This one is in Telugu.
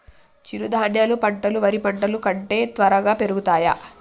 చిరుధాన్యాలు పంటలు వరి పంటలు కంటే త్వరగా పెరుగుతయా?